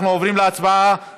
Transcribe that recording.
קרא, לך להתראיין עכשיו.